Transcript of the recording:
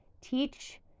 teach